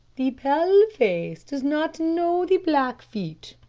the pale-face does not know the blackfeet,